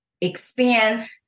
expand